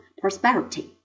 prosperity